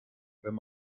wenn